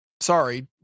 sorry